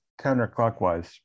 counterclockwise